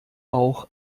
auch